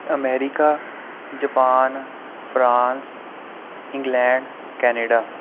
America Japan France England Canada